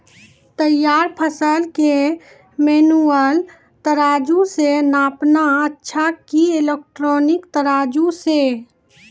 तैयार फसल के मेनुअल तराजु से नापना अच्छा कि इलेक्ट्रॉनिक तराजु से?